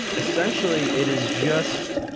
essentially it is just,